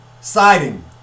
siding